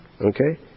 Okay